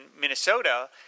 Minnesota